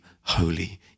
holy